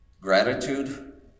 gratitude